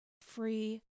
free